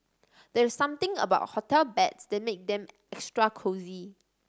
there's something about hotel beds that make them extra cosy